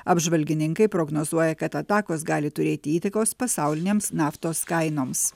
apžvalgininkai prognozuoja kad atakos gali turėti įtakos pasaulinėms naftos kainoms